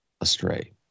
astray